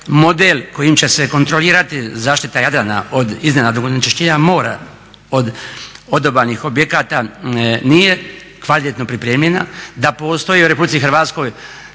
model kojim će se kontrolirati zašita Jadrana od iznenadnog onečišćenja mora od odobalnih objekata nije kvalitetno pripremljena, da postoji u RH tijela koja